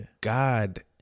God